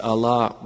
Allah